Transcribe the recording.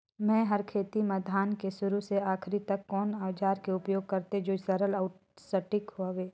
मै हर खेती म धान के शुरू से आखिरी तक कोन औजार के उपयोग करते जो सरल अउ सटीक हवे?